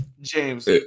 James